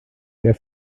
der